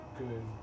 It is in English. good